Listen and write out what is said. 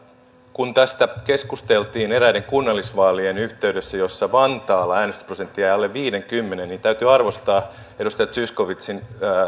kun tästä keskusteltiin eräiden kunnallisvaalien yhteydessä joissa vantaalla äänestysprosentti jäi alle viidenkymmenen niin täytyy arvostaa edustaja zyskowiczin